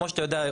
כמו שאתה יודע,